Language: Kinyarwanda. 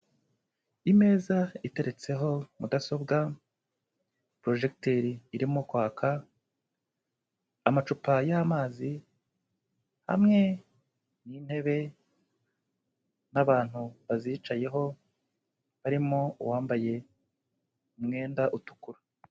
Imeza iteretseho mudasobwa, porojegiteri irimo kwaka, amacupa y'amazi hamwe n'intebe n'abantu bazicayeho, barimo uwambaye umwenda utukura.